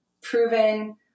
proven